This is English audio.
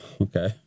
Okay